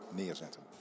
neerzetten